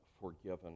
forgiven